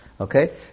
Okay